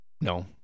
No